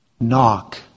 Knock